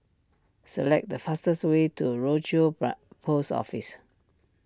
select the fastest way to Rochor Post Office